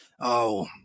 Oh